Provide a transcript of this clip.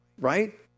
right